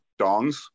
dongs